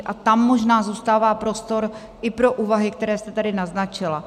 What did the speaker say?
A tam možná zůstává prostor i pro úvahy, které jste tady naznačila.